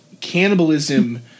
cannibalism